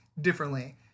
differently